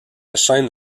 chaîne